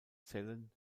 zellen